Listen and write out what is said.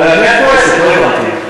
לא הבנתי.